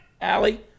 Allie